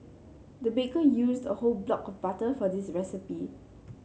the baker used a whole block butter for this recipe